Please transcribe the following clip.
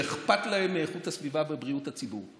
שאכפת להם מאיכות הסביבה ומבריאות הציבור,